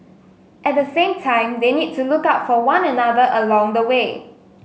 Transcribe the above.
at the same time they need to look out for one another along the way